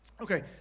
Okay